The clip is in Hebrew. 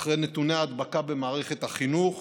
אחרי נתוני ההדבקה במערכת החינוך,